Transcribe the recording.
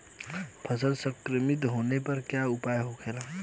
फसल संक्रमित होने पर क्या उपाय होखेला?